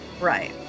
Right